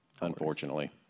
unfortunately